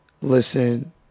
listen